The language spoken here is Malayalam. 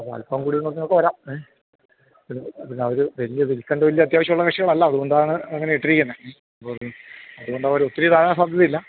ഒരൽപം കൂടി കുറഞ്ഞൊക്കെ വരാം ഏ പിന്നെ അവർ വലിയ വിൽക്കേണ്ട വലിയ അത്യാവശ്യമുള്ള കക്ഷികളല്ല അതുകൊണ്ടാണ് അങ്ങനെ ഇട്ടിരിക്കുന്നത് അതുകൊണ്ട് അവർ ഒത്തിരി താഴാൻ സാധ്യതയില്ല